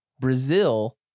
Brazil